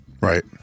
right